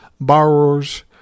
Borrowers